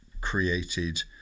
created